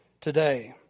today